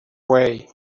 way